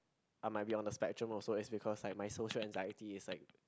I might be on the spectrum also is because like my society anxiety is like